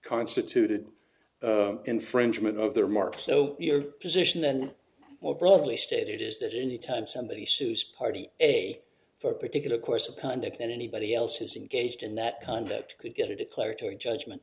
constituted infringement of their market so your position and more broadly stated is that anytime somebody sues party a for a particular course of conduct that anybody else has engaged in that conduct could get a declaratory judgment